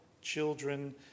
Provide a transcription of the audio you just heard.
children